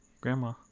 Grandma